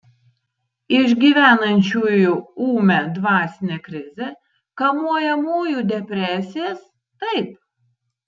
išgyvenančiųjų ūmią dvasinę krizę kamuojamųjų depresijos taip